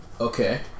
okay